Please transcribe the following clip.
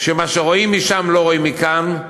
שמה שרואים משם לא רואים מכאן,